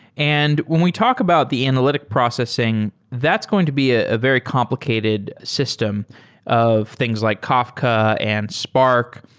and when we talk about the analytic processing, that's going to be a very complicated system of things like kafka and spark.